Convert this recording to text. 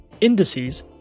indices